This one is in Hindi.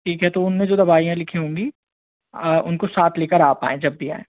ठीक है तो उन्होंने जो दवाइयाँ लिखी होंगी उनको साथ लेकर आप आएँ जब भी आएँ